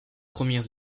premières